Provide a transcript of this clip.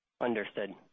Understood